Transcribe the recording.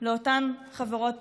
לאותן חברות פרטיות,